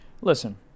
Listen